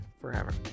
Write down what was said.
forever